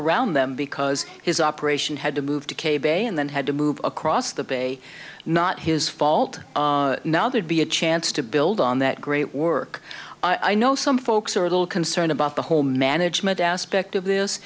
around them because his operation had to move to cable and then had to move across the bay not his fault now there'd be a chance to build on that great work i know some folks are a little concerned about the whole management aspect of this